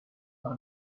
par